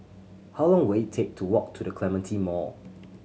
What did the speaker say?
how long will it take to walk to The Clementi Mall